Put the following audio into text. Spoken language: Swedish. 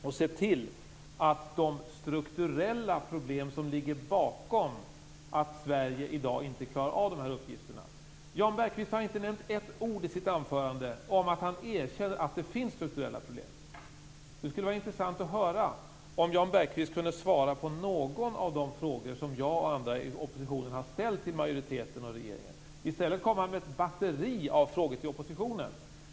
Man måste också se till de strukturella problem som ligger bakom att Sverige i dag inte klarar dessa uppgifter. Jan Bergqvist har inte nämnt ett ord i sitt anförande om att han erkänner att det finns strukturella problem. Det skulle vara intressant att höra om Jan Bergqvist kunde svara på någon av de frågor som jag och andra i oppositionen har ställt till majoriteten och regeringen. I stället har han kommit med ett batteri av frågor till oppositionen.